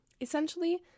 Essentially